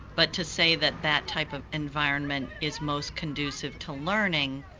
but to say that that type of environment is most conducive to learning,